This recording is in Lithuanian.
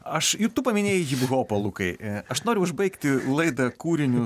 aš ir tu paminėjai hiphopą lukai aš noriu užbaigti laidą kūriniu